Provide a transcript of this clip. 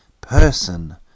person